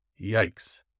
Yikes